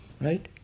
Right